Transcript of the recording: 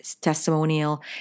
testimonial